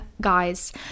guys